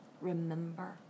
remember